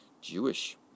Jewish